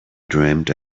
dreamt